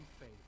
faith